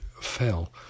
fell